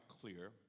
clear